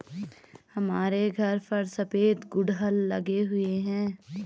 हमारे घर पर सफेद गुड़हल लगे हुए हैं